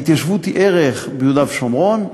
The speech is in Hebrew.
וההתיישבות היא ערך ביהודה ושומרון,